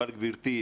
אבל גברתי,